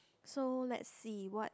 so let's see what